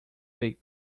bake